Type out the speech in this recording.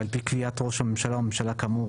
ועל פי קביעת ראש הממשלה או הממשלה כאמור